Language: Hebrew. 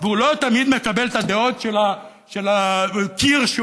והוא לא תמיד מקבל את הדעות של הקיר שהוא